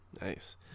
Nice